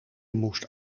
moest